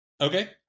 Okay